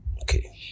Okay